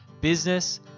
business